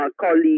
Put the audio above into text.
colleagues